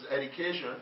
education